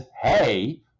hey